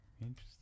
Interesting